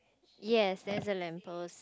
yes there's a lamp post